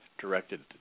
directed